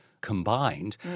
Combined